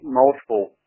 multiple